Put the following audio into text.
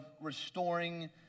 restoring